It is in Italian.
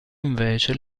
invece